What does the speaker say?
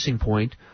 point